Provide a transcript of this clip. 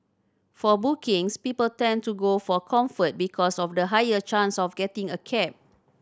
for bookings people tend to go for Comfort because of the higher chance of getting a cab